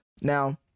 Now